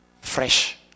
fresh